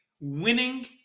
Winning